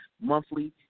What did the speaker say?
monthly